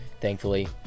thankfully